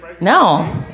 No